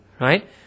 right